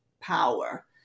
power